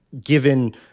given